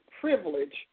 privilege